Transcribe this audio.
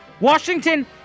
Washington